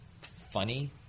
funny